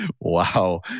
wow